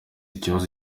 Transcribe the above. ikibazo